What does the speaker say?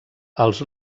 els